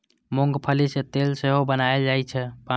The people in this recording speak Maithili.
मूंंगफली सं तेल सेहो बनाएल जाइ छै